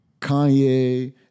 Kanye